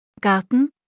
Garten